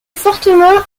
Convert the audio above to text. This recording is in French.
fortement